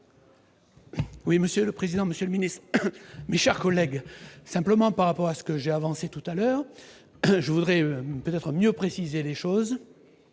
Oui, Monsieur le président, Monsieur le Ministre, mes chers collègues, simplement par rapport à ce que j'ai avancé tout à l'heure, je voudrais peut-être mieux préciser les choses,